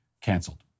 canceled